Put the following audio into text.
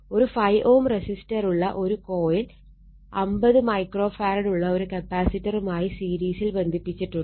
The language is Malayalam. ഒരു 5 Ω റെസിസ്റ്ററുള്ള ഒരു കോയിൽ 50 മൈക്രോ ഫാരഡ് ഉള്ള ഒരു കപ്പാസിറ്ററുമായി സീരീസിൽ ബന്ധിപ്പിച്ചിട്ടുണ്ട്